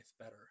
better